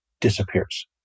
disappears